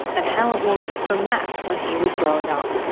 and how it was for matt when he was growing up.